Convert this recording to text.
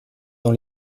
dans